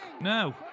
No